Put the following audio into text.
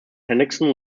hendrickson